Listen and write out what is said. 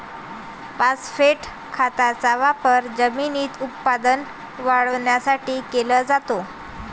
phosphate खताचा वापर जमिनीत उत्पादन वाढवण्यासाठी केला जातो